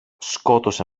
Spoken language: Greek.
σκότωσε